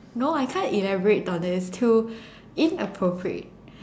no I can't elaborate on this too inappropriate